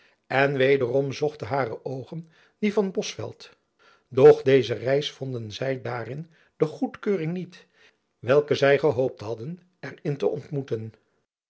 en wederom zochten hare oogen die van bosveldt doch deze reis vonden zy daarin de goedkeuring niet welke zy gehoopt hadden er in te ontmoeten